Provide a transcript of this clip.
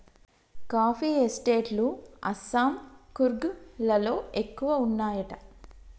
coffee estate లు అస్సాం, కూర్గ్ లలో ఎక్కువ వున్నాయట